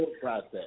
process